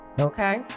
okay